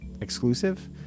exclusive